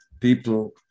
people